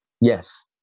Yes